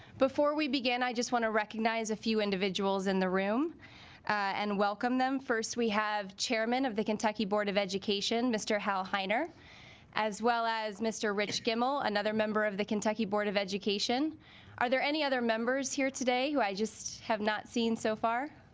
before we begin i just want to recognize a few individuals in the room and welcome them first we have chairman of the kentucky board of education mr. hal heiner as well as mr. rich gimmel another of the kentucky board of education are there any other members here today who i just have not seen so far